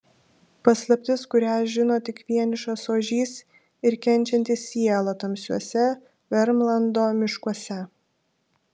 paslaptis kurią žino tik vienišas ožys ir kenčianti siela tamsiuose vermlando miškuose